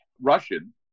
Russian